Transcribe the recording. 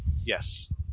Yes